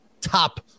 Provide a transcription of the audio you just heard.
top